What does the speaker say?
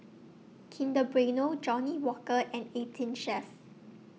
Kinder Bueno Johnnie Walker and eighteen Chef